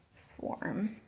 form.